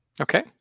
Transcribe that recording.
Okay